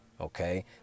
Okay